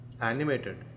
Animated